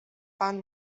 pan